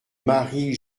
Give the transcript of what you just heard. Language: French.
marie